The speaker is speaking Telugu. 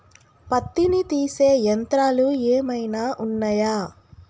పత్తిని తీసే యంత్రాలు ఏమైనా ఉన్నయా?